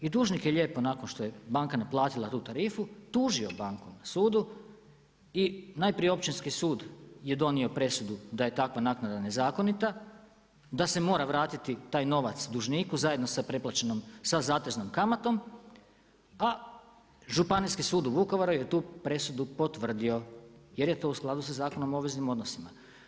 I dužnik je lijepo, nakon što je banka naplatila tu tarifu, tužio banku sudu i najprije je Općinski sud je donio presudu da je takva naknada nezakonita, da se mora vratiti taj novac dužnikom, zajedno sa zateznom kamatom, a Županijski sud u Vukovaru je tu presudu potvrdio, jer je to u skladu sa Zakonom o obveznim odnosima.